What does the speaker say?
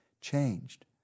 changed